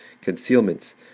concealments